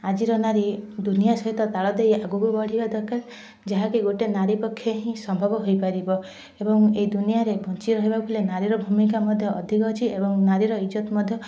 ଆଜିର ନାରୀ ଦୁନିଆ ସହିତ ତାଳ ଦେଇ ଆଗକୁ ବଢ଼ିବା ଦରକାର ଯାହାକି ଗୋଟିଏ ନାରୀପକ୍ଷେ ହିଁ ସମ୍ଭବ ହୋଇପାରିବ ଏବଂ ଏଇ ଦୁନିଆରେ ବଞ୍ଚି ରହିବାକୁ ହେଲେ ନାରୀର ଭୂମିକା ମଧ୍ୟ ଅଧିକ ଅଛି ଏବଂ ନାରୀର ଇଜ୍ଜତ ମଧ୍ୟ